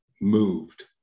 moved